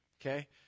Okay